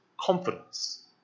confidence